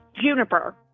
Juniper